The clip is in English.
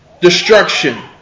destruction